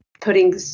putting